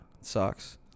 sucks